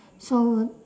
so